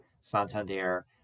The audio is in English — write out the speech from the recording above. Santander